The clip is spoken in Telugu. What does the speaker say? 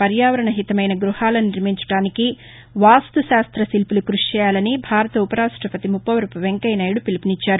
పర్యావరణ హితమైన గృహాలను నిర్మించడానికి వాస్తు శాస్త్ర శిల్పులు కృషి చేయాలని భారత ఉపరాష్టపతి ముప్పవరపు వెంకయ్య నాయుడు పిలుపునిచ్చారు